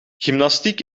gymnastiek